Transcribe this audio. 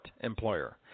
employer